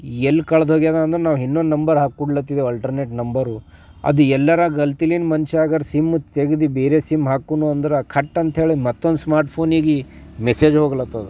ಎಲ್ಲಿ ಕಳೆದೋಗಿದೆ ಅಂದ್ರೆ ನಾವು ಇನ್ನೊಂದು ನಂಬರ್ ಹಾಕಿ ಕೂಡ್ಲತ್ತಿದೆ ಅಲ್ಟರ್ನೇಟ್ ನಂಬರು ಅದು ಎಲ್ಲರ ಗಲ್ತಿಲಿಂದ ಮನುಷ್ಯ ಅಗರ್ ಸಿಮ್ ತೆಗ್ದು ಬೇರೆ ಸಿಮ್ ಹಾಕ್ಕೊನು ಅಂದ್ರೆ ಥಟ್ ಅಂತಹೇಳಿ ಮತ್ತೊಂದು ಸ್ಮಾರ್ಟ್ ಫೋನಿಗೆ ಮೆಸೇಜ್ ಹೋಗ್ಲತ್ತಿದೆ